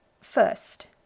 First